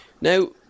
Now